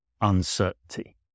Uncertainty